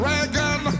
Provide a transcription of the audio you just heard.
Reagan